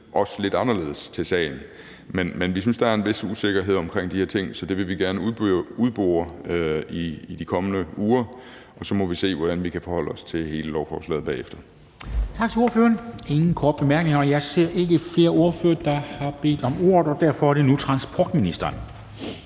os lidt anderledes til sagen. Men vi synes, der er en vis usikkerhed omkring de her ting, så det vil vi gerne have udboret i de kommende uger, og så må vi se, hvordan vi kan forholde os til hele lovforslaget bagefter.